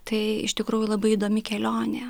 tai iš tikrųjų labai įdomi kelionė